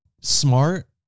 smart